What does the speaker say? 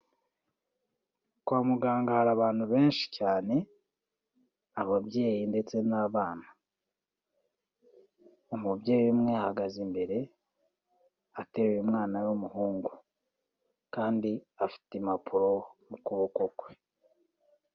Kwa muganga hari abantu benshi cyane, ababyeyi ndetse n'abana. Umubyeyi umwe ahagaze imbere, ateruye umwana w'umuhungu kandi afite impapuro mu kuboko kwe.